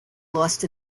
lost